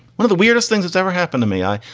one of the weirdest thing that's ever happened to me, i,